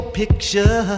picture